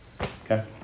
Okay